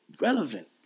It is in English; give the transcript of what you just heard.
relevant